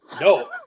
No